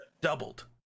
doubled